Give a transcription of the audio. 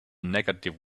negative